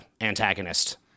antagonist